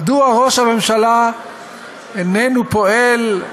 מדוע ראש הממשלה איננו פועל,